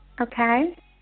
Okay